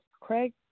Craig